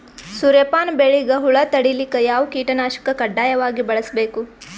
ಸೂರ್ಯಪಾನ ಬೆಳಿಗ ಹುಳ ತಡಿಲಿಕ ಯಾವ ಕೀಟನಾಶಕ ಕಡ್ಡಾಯವಾಗಿ ಬಳಸಬೇಕು?